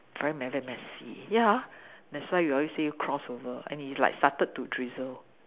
very very messy ya that's why he always say cross over and it like started to drizzle